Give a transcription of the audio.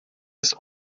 ist